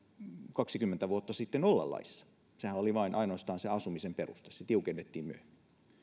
kaksikymmentä vuotta sitten olla laissa sehän oli ainoastaan asumisen peruste se tiukennettiin myöhemmin se